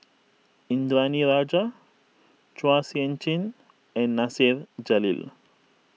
Indranee Rajah Chua Sian Chin and Nasir Jalil